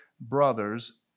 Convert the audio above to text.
brothers